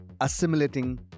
assimilating